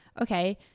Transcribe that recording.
Okay